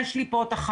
יש לי פה תחנה,